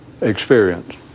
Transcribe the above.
experience